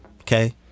okay